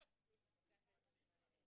יודעים